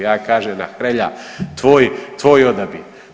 Ja kažem, a Hrelja tvoj, tvoj odabir.